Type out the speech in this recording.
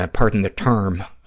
ah pardon the term,